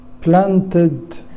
planted